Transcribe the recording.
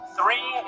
Three